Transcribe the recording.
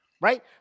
Right